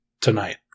tonight